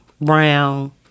brown